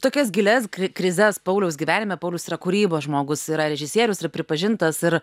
tokias gilias krizes pauliaus gyvenime paulius yra kūrybos žmogus yra režisierius ir pripažintas ir